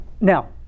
Now